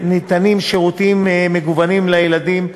ניתנים שירותים מגוונים לילדים,